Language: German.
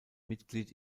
mitglied